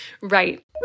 Right